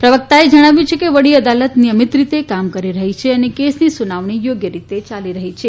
પ્રવક્તાએ જણાવ્યું કે વડી અદાલત નીયમીત રીતે કામ કરી રહી છે અને કેસની સુનાવણી યોગ્ય રીતે ચાલી રહી છે